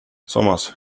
samas